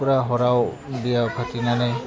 फुरा हराव बिया फाथिनानै